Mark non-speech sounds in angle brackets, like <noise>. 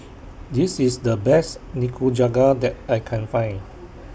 <noise> This IS The Best Nikujaga that I Can Find <noise>